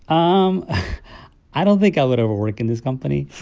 um i don't think i would ever work in this company